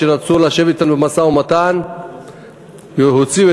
כשרצו לשבת אתנו במשא-ומתן והוציאו את